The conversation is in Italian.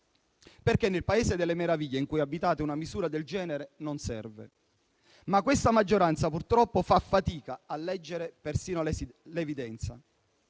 perché nel paese delle meraviglie in cui abitate una misura del genere non serve. Questa maggioranza purtroppo fa fatica a leggere persino l'evidenza.